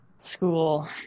school